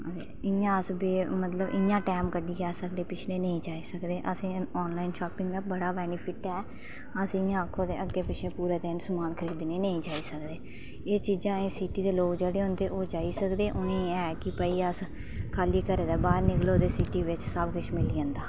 ते इयां अस बे मतलब इयां टाइम कड्ढियै अस अगड़े पिछड़े नेईं जाई सकदे असें आनॅलाइन शापिंग दा बड़ा बेनीफिट ऐ असें इयां आक्खो ते अग्गै पिच्छै पूरा दिन समान खरिदने गी नेईं जाई सकदे एह् चीजां ऐ सिटी दे लोक जेहडे होंदे ओह् जाई सकदे उ'नेंगी है कि भाई अस खाली घरा दा बाहर निकलो ते सिटी बिच सब किश मिली जंदा